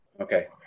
okay